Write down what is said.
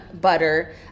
butter